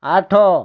ଆଠ